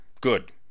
Good